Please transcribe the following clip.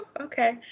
okay